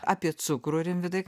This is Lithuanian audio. apie cukrų rimvydai